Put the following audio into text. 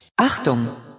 Achtung